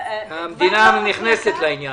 המדינה נכנסת לעניין.